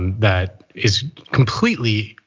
that is completely.